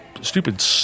stupid